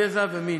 גזע ומין.